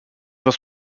was